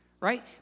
right